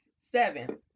Seven